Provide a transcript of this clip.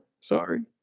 sorry